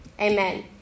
Amen